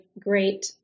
great